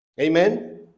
Amen